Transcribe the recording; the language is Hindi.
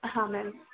हाँ मैम